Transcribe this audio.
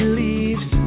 leaves